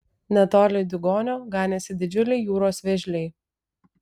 netoli diugonio ganėsi didžiuliai jūros vėžliai